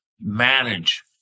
manage